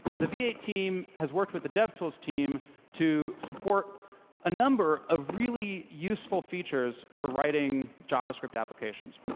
the v eight team has worked with the devtools team to support a number of really useful features for writing javascript applications.